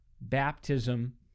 baptism